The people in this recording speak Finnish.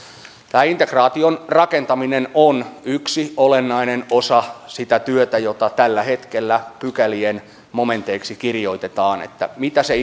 tämä integraation rakentaminen on yksi olennainen osa sitä työtä jota tällä hetkellä pykälien momenteiksi kirjoitetaan mitä se